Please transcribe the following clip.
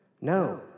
No